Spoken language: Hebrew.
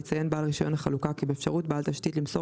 יציין בעל רישיון החלוקה כי באפשרות בעל תשתית למסור